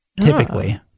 typically